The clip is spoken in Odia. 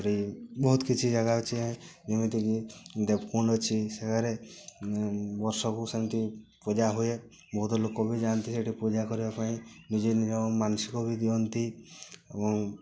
ବହୁତ କିଛି ଜାଗା ଅଛି ଏମିତିକି ଦେବକୁଣ୍ଡ ଅଛି ସେ ଜାଗାରେ ବର୍ଷକୁ ସେମିତି ପୂଜା ହୁଏ ବହୁତ ଲୋକ ବି ଯା'ନ୍ତି ସେଠି ପୂଜା କରିବା ପାଇଁ ନିଜେ ନିଜର ମାନସିକ ବି ଦିଅନ୍ତି ଏବଂ